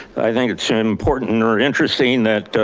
i think it's important, or interesting that